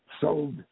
sold